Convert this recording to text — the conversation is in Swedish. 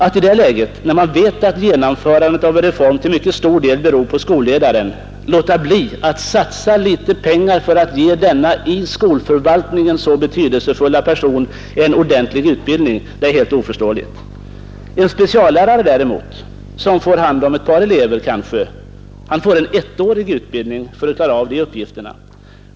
Att i det läget, när man vet att genomförandet av en reform till mycket stor del beror på skolledaren, låta bli att satsa litet pengar för att ge dessa i skolförvaltningen så betydelsefulla personer en ordentlig utbildning är helt oförståeligt. En speciallärare däremot, som kanske har hand om bara ett par elever, får en ettårig utbildning för att kunna klara av sina uppgifter.